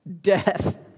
Death